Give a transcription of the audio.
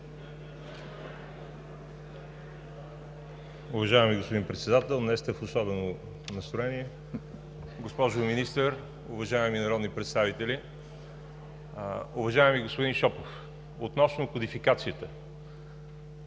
Уважаеми господин Председател, днес сте в особено настроение. Госпожо Министър, уважаеми народни представители! Уважаеми господин Шопов, относно кодификацията.